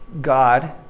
God